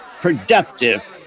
productive